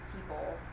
people